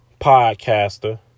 podcaster